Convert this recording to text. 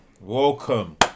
welcome